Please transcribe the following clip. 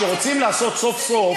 כשרוצים לעשות סוף-סוף,